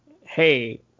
hey